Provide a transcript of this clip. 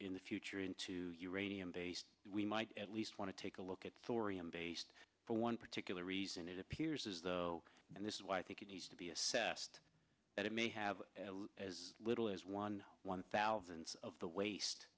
in the future into uranium based we might at least want to take a look at four am based for one particular reason it appears as though and this is why i think it needs to be assessed that it may have as little as one one thousandth of the wast